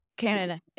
Canada